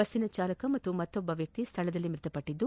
ಬಸ್ಸಿನ ಚಾಲಕ ಹಾಗೂ ಮತ್ತೋರ್ವ ವ್ಯಕ್ತಿ ಸ್ಥಳದಲ್ಲೇ ಮೃತಪಟ್ಟದ್ದು